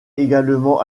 également